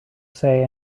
say